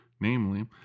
Namely